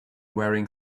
wearing